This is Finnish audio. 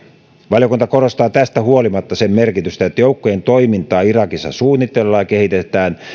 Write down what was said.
valiokunta korostaa tästä huolimatta sen merkitystä että joukkojen toimintaa irakissa suunnitellaan ja kehitetään